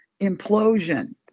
implosion